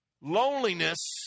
Loneliness